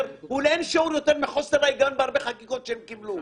הוא לעין שיעור יותר מחוסר ההיגיון בהרבה חקיקות שהם קיבלו.